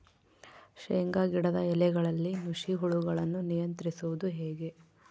ಶೇಂಗಾ ಗಿಡದ ಎಲೆಗಳಲ್ಲಿ ನುಷಿ ಹುಳುಗಳನ್ನು ನಿಯಂತ್ರಿಸುವುದು ಹೇಗೆ?